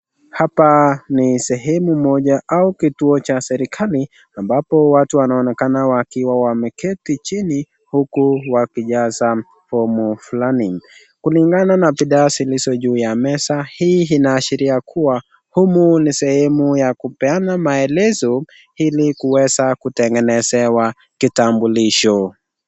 Hapa ni sehemu moja au kituo cha serikali, ambapo watu wanaonekana wakiwa wameketi chini huku wakijaza fomu fulani. Kulingana na bidhaa zilizo juu ya meza, hii inaashiria kuwa humu ni sehemu ya kupeana maelezo ili kuweza kutengenezewa vitambulisho.